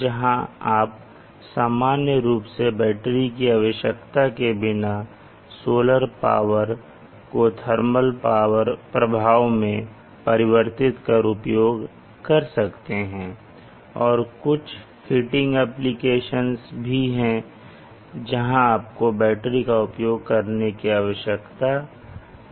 जहां आप सामान्य रूप से बैटरी की आवश्यकता के बिना सोलर पावर को थर्मल प्रभाव में परिवर्तित कर उपयोग कर सकते हैं और कुछ हीटिंग एप्लीकेशंस भी हैं जहां आपको बैटरी का उपयोग करने की आवश्यकता नहीं है